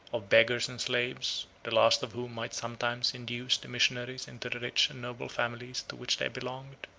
of beggars and slaves, the last of whom might sometimes introduce the missionaries into the rich and noble families to which they belonged.